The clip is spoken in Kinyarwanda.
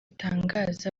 itangaza